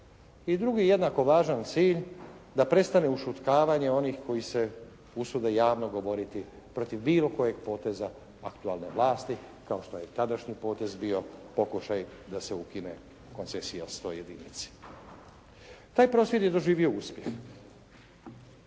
i drugi jednako važan cilj da prestane ušutkavanje onih koji se usude javno govoriti protiv bilo kojeg poteza aktualne vlasti kao što je tadašnji potez bio pokušaj da se ukine koncesija 101-ici. Taj prosvjed je doživio uspjeh,